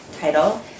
title